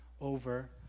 over